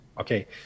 Okay